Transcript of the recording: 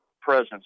presence